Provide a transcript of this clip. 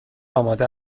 آماده